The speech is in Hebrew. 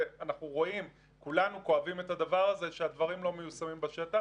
ואנחנו רואים כולנו כואבים את הדבר הזה שהדברים לא מיושמים בשטח.